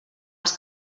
els